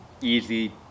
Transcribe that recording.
easy